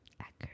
accurate